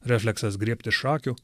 refleksas griebti šakių